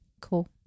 Cool